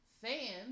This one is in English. fans